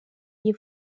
iyi